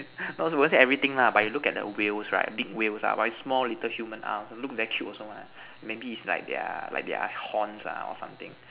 not won't say everything lah but you look at the whales right big whales ah but with small little human arms look very cute also mah maybe is like their horns ah or something